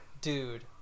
dude